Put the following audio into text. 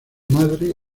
madre